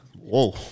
Whoa